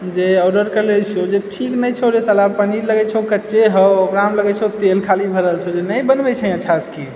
जे ऑडर करले छियो जे ठीक नहि छौ रे शाला पनीर लगै छौ कच्चे है ओकरा लगै छौ तेल खाली भरल छौ नहि बनबै छिही अच्छासँ की